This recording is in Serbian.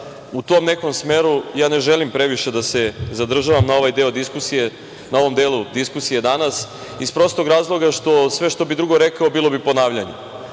u tom nekom smeru ne želim previše da se zadržavam na ovom delu diskusije danas, iz prostog razloga što sve što bih drugo rekao, bilo bi ponavljanje.